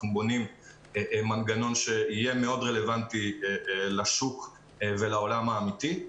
אנחנו בונים מנגנון שהיה רלוונטי מאוד לשוק ולעולם האמיתי.